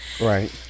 right